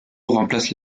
remplace